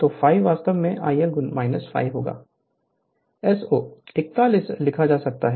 तो ∅ वास्तव में I L ∅ होगा एसो 41 1 लिखा जा सकता है